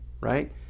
right